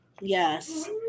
Yes